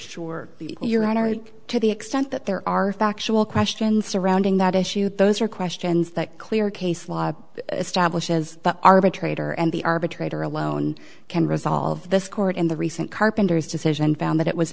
sure your honor to the extent that there are factual questions surrounding that issue those are questions that clear case law establishes the arbitrator and the arbitrator alone can resolve this court in the recent carpenter's decision found that it was